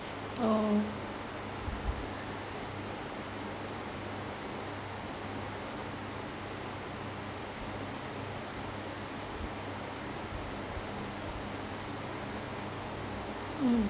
oh mm